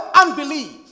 unbelief